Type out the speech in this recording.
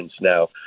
now